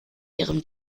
ihrem